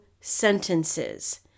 sentences